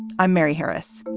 i'm mary harris.